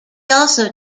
also